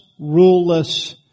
ruleless